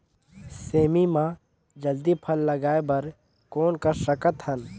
सेमी म जल्दी फल लगाय बर कौन कर सकत हन?